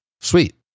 Sweet